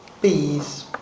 Bees